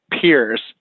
peers